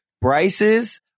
Bryce's